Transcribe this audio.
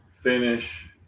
finish